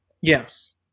Yes